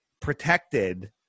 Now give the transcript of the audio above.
protected